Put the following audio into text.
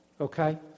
okay